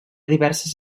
diverses